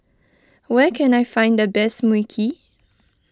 where can I find the best Mui Kee